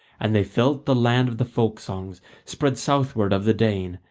and they felt the land of the folk-songs spread southward of the dane,